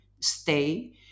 stay